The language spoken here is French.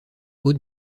haut